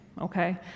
okay